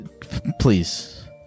Please